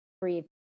Breathe